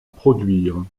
produire